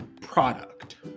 product